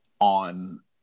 on